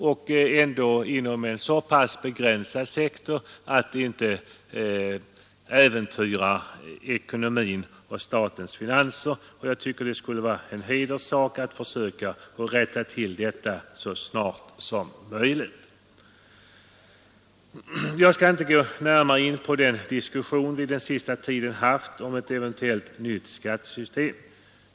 Samtidigt rör det sig om en så pass begränsad sektor att statens finanser inte äventyras genom de åtgärder som jag föreslagit. Det borde enligt min mening vara en hederssak att försöka rätta till dessa missförhållanden så snart som möjligt Jag skall inte närmare gå in på den diskussion som förekommit den senaste tiden om ett eventuellt nytt skattesystem.